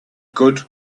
good